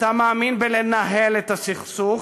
אתה מאמין בלנהל את הסכסוך,